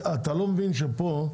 אתה לא מבין שפה,